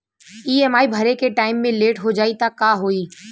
EMI भरे के time मे लेट हो जायी त का होई?